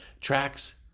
tracks